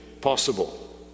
possible